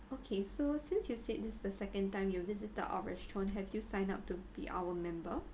okay so since you said this is the second time you visited our restaurant have you signed up to be our member